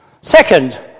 Second